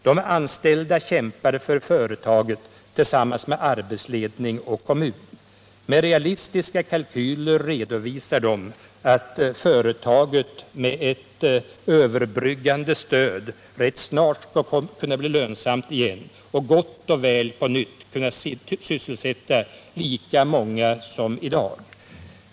De anställda kämpar för företaget tillsammans med arbetsledning och kommun. Med realistiska kalkyler redovisar de att företaget med ett överbryggande stöd rätt snart skulle kunna bli lönsamt igen och gott och väl på nytt kunna sysselsätta lika många som i dag.